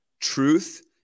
truth